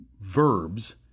verbs